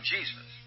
Jesus